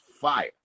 fire